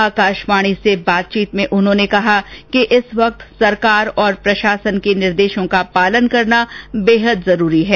आकाशवाणी से बातचीत में उन्होंने कहा कि इस वक्त सरकार और प्रशासन के निर्देशों का पालन करना बेहद जरूरी है